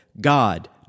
God